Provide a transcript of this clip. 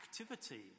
activity